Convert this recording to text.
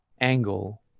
angle